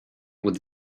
with